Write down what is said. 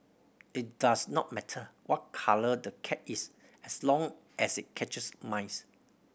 it does not matter what colour the cat is as long as it catches mice